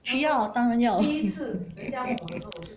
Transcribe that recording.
需要当然要